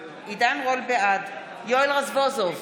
בעד יואל רזבוזוב,